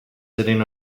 sitting